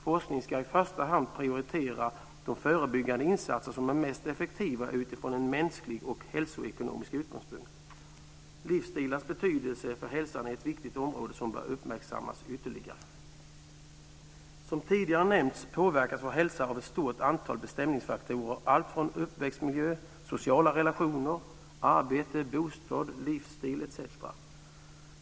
Forskningen ska i första hand prioritera de förebyggande insatser som är mest effektiva utifrån en mänsklig och hälsoekonomisk utgångspunkt. Livsstilars betydelse för hälsan är ett viktigt område som bör uppmärksammas ytterligare. Som tidigare nämnts påverkas vår hälsa av ett stort antal bestämningsfaktorer allt från uppväxtmiljö, sociala relationer, arbete, bostad, livsstil etc.